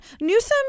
Newsom